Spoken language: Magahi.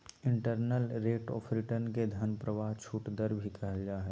इन्टरनल रेट ऑफ़ रिटर्न के धन प्रवाह छूट दर भी कहल जा हय